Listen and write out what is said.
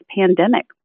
pandemic